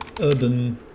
urban